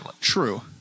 True